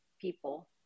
people